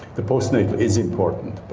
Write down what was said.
the post-natal is important,